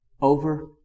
Over